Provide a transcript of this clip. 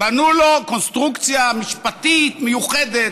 בנו לו קונסטרוקציה משפטית מיוחדת,